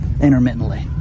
intermittently